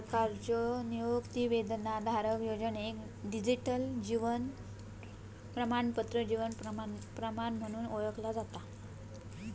भारत सरकारच्यो निवृत्तीवेतनधारक योजनेक डिजिटल जीवन प्रमाणपत्र जीवन प्रमाण म्हणून ओळखला जाता